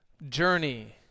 journey